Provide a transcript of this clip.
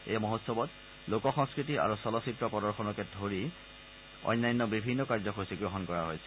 এই মহোৎসৱত লোক সংস্কৃতি আৰু চলচ্চিত্ৰ প্ৰদৰ্শনকে ধৰি অন্যান্য বিভিন্ন কাৰ্যসূচী গ্ৰহণ কৰা হৈছে